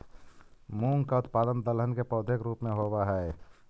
मूंग का उत्पादन दलहन के पौधे के रूप में होव हई